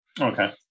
Okay